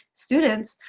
students?